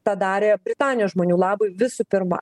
tą darė britanijos žmonių labui visų pirma